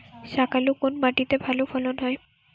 শাকালু কোন মাটিতে ভালো ফলন হয়?